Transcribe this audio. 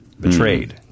betrayed